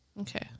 Okay